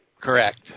Correct